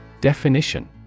Definition